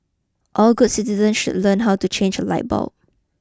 all good citizens should learn how to change a light bulb